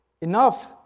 enough